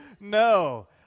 no